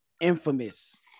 infamous